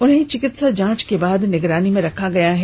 उन्हें चिकित्सा जांच के बाद निगरानी में रखा गया है